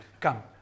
Come